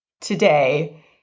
today